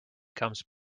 comes